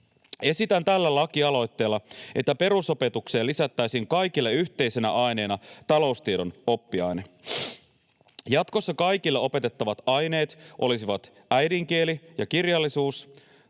Esitän tällä lakialoitteella, että perusopetukseen lisättäisiin kaikille yhteisenä aineena taloustiedon oppiaine. Jatkossa kaikille opetettavat aineet olisivat äidinkieli ja kirjallisuus,